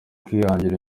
kwihangira